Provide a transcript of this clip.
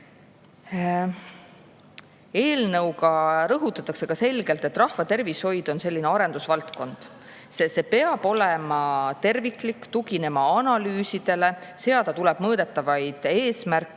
Eelnõuga rõhutatakse selgelt, et rahvatervishoid on selline arendusvaldkond. See peab olema terviklik, tuginema analüüsidele, seada tuleb mõõdetavaid eesmärke